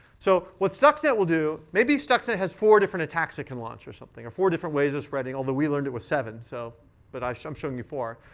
so what stuxnet will do, maybe stuxnet has four different attacks it can launch or something, or four different ways of spreading, although we learned it was seven. so but so i'm showing you four.